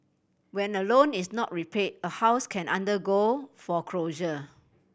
when a loan is not repay a house can undergo foreclosure